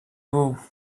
vous